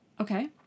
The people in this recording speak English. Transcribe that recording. Okay